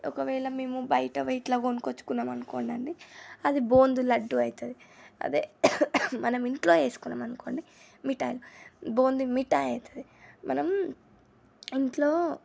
ఒకవేళ మేము బయట పోయి ఇట్లా కొనుకొచ్చుకున్నాం అన్నామనుకోండి అది బూందీ లడ్డు అవుతుంది అదే మనం ఇంట్లో చేసుకున్నాం అనుకోండి మిఠాయి బూందీ మిఠాయి అవుతుంది మనం ఇంట్లో